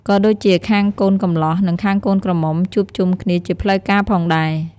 ក៏ដូចជាខាងកូនកំលោះ និងខាងកូនក្រមុំ ជួបជុំគ្នាជាផ្លូវការផងដែរ។